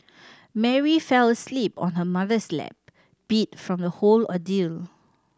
Mary fell asleep on her mother's lap beat from the whole ordeal